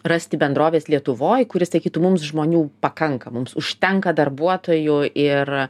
rasti bendrovės lietuvoj kuris sakytų mums žmonių pakanka mums užtenka darbuotojų ir